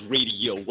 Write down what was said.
Radio